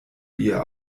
ihr